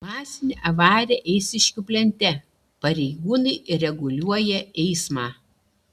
masinė avarija eišiškių plente pareigūnai reguliuoja eismą